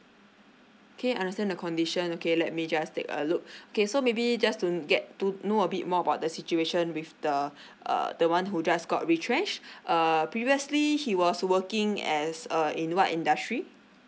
okay understand the condition okay let me just take a look okay so maybe just to get to know a bit more about the situation with the uh the one who just got retrenched uh previously he was working as uh in what industry